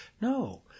No